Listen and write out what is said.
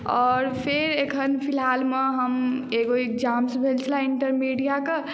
आओर फेर एखन फिलहाल मे हम एगो एग्जाम सेहो भेल छल इन्टरमीडिया के